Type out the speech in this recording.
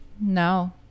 No